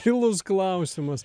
tylus klausimas